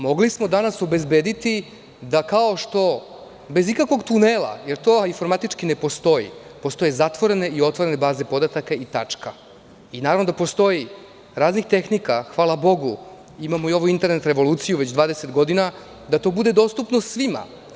Mogli smo danas obezbediti da kao što bez ikakvog tunela je, jer to informatički ne postoji, postoje zatvorene i otvorene baze podataka i tačka, naravno da postoje razne tehnike, hvala bogu, imamo i ovu internet revoluciju većgodina, da to bude dostupno svima.